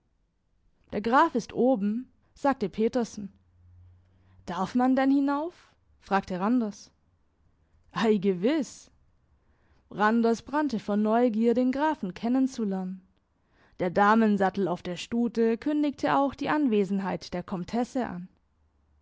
der graf ist oben sagte petersen darf man denn hinauf fragte randers ei gewiss randers brannte vor neugier den grafen kennen zu lernen der damensattel auf der stute kündigte auch die anwesenheit der komtesse an